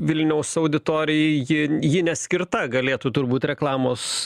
vilniaus auditorijai ji ji neskirta galėtų turbūt reklamos